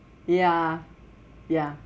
ya ya